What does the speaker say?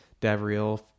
Davriel